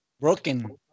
broken